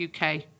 uk